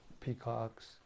peacocks